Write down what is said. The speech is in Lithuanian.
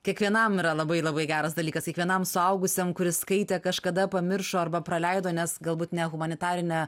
kiekvienam yra labai labai geras dalykas kiekvienam suaugusiam kuris skaitė kažkada pamiršo arba praleido nes galbūt ne humanitarine